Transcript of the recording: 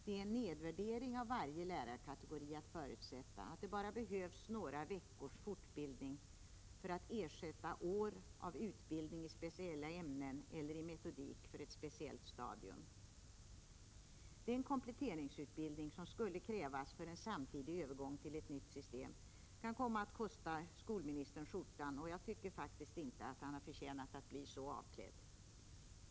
Det är en nedvärdering av varje lärarkategori att förutsätta att det bara behövs några veckors fortbildning för att ersätta år av utbildning i speciella ämnen eller i metodik för ett speciellt stadium. Den kompletteringsutbildning som skulle krävas för en samtidig övergång till ett nytt system kan komma att kosta skolministern ”skjortan”, och jag tycker faktiskt inte att han förtjänat att bli så avklädd.